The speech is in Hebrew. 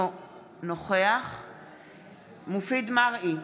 אינו נוכח מופיד מרעי,